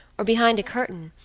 or behind a curtain,